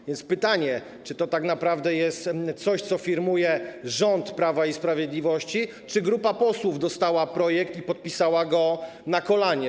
A więc pytanie: Czy to tak naprawdę jest coś, co firmuje rząd Prawa i Sprawiedliwości, czy grupa posłów dostała projekt i podpisała go na kolanie?